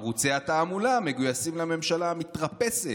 ערוצי התעמולה מגויסים לממשלה מתרפסת,